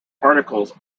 articles